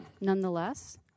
Nonetheless